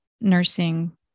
nursing